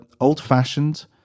old-fashioned